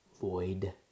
void